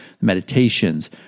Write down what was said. meditations